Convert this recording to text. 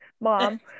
mom